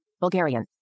Bulgarian